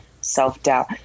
self-doubt